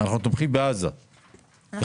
אנחנו תומכים בעזה, בחמאס.